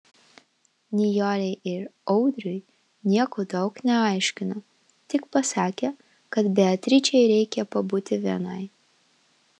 nijolei ir audriui nieko daug neaiškino tik pasakė kad beatričei reikia pabūti vienai